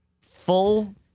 full